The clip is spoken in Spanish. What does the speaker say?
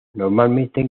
normalmente